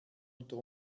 unter